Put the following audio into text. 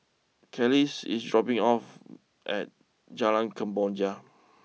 Kelis is dropping off at Jalan Kemboja